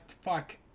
fuck